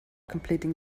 completing